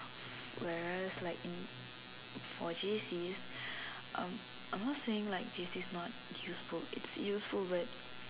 whereas like in for J_Cs um I'm not saying like J_C is not useful it's useful but